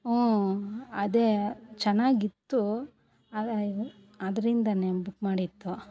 ಹ್ಞೂ ಅದೇ ಚೆನ್ನಾಗಿತ್ತು ಅದರಿಂದಲೇ ಬುಕ್ ಮಾಡಿದ್ದು